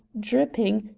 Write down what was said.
dripping,